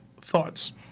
thoughts